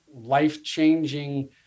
life-changing